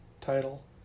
title